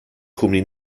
cwmni